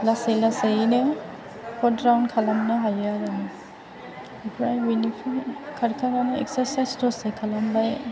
लासै लासैयैनो four round खालामनो हायो आरो ओमफ्राय बिनिफ्राय खारखांनानै एख्सारसायस दसे खालामबाय